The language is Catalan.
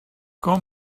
com